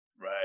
Right